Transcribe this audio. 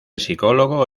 psicólogo